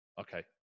okay